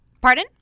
Pardon